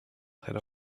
had